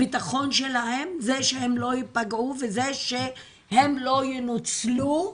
הביטחון שלהם זה שהם לא יפגעו, וזה שהם לא ינוצלו,